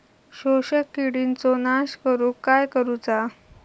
शोषक किडींचो नाश करूक काय करुचा?